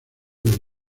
del